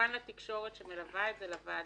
תודה לתקשורת שמלווה את זה ולוועדה.